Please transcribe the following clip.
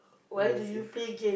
and as if